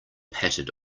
pattered